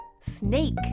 Snake